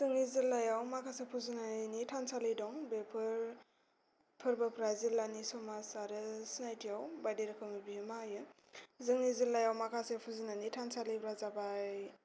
जोंनि जिल्लायाव माखासे फुजिनायनि थानसालि दं बेफोर फोरबोफ्रा जिल्लानि समाज आरो सिनायथियाव बायदि रोखोमनि बिहोमा होयो जोंनि जिल्लायाव माखासे फुजिनायनि थानसालिफ्रा जाबाय